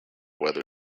weather